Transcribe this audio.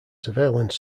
surveillance